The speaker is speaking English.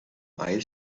eyes